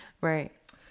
Right